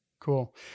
Cool